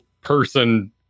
person